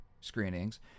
screenings